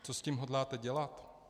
Co s tím hodláte dělat?